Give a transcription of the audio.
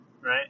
right